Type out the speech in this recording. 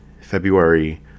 February